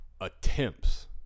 attempts